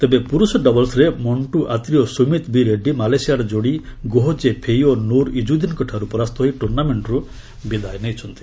ତେବେ ପୁରୁଷ ଡବଲ୍ୱରେ ମଣ୍ଟୁ ଆତ୍ରୀ ଓ ସୁମିତ୍ ବି ରେଡ୍ରୀ ମାଲେସିଆର ଯୋଡ଼ି ଗୋହ କେ ଫେଇ ଓ ନୁର୍ ଇଜୁଦ୍ଦିନ୍ଙ୍କଠାରୁ ପରାସ୍ତ ହୋଇ ଟ୍ରର୍ଣ୍ଣାମେଣ୍ଟର ବିଦାୟ ନେଇଛନ୍ତି